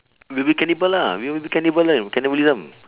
we will cannibal lah we will be cannibali~ cannibalism